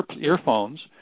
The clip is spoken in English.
earphones